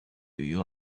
you